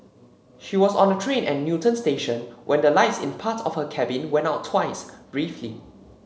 she was on a train at Newton station when the lights in part of her cabin went out twice briefly